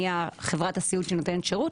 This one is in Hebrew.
מי חברת הסיעוד שנותנת שירות,